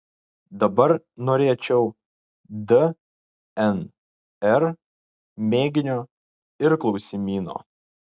dabar norėčiau dnr mėginio ir klausimyno